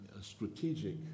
strategic